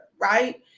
right